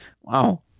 Wow